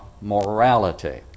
Morality